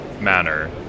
manner